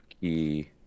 key